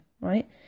right